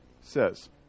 says